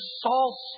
Saul's